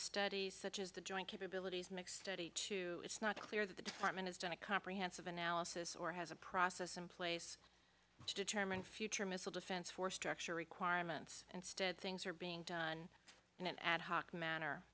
studies such as the joint capabilities make study to it's not clear that the department has done a comprehensive analysis or has a process in place to determine future missile defense force structure requirements and stead things are being done in an ad hoc manner